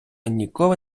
ніколи